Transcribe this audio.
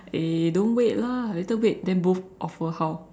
eh then don't wait lah later wait then both offer how